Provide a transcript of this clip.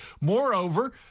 Moreover